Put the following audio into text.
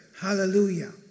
Hallelujah